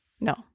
No